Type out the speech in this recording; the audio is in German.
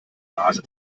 nase